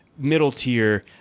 middle-tier